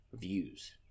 views